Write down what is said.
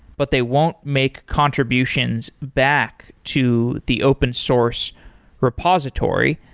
but they won't make contributions back to the open-source repository.